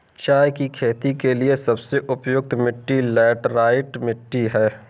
चाय की खेती के लिए सबसे उपयुक्त मिट्टी लैटराइट मिट्टी है